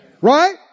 Right